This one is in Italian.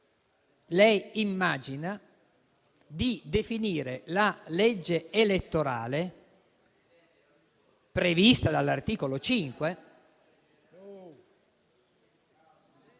lei immagina di definire la legge elettorale, prevista dall'articolo